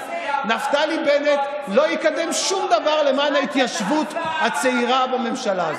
נפתלי בנט לא יקדם שום דבר למען ההתיישבות הצעירה בממשלה הזאת.